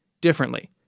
differently